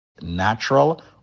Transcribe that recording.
natural